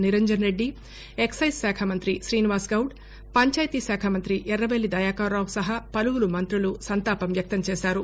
నిరంజన్రెడ్డి ఎక్పైజ్శాఖమంతి శ్రీనివాస్గౌడ్ పంచాయతీశాఖమంతి ఎర్రబెల్లి దయాకర్రావు సహా పలువురు మంతులు సంతాపం వ్యక్తం చేశారు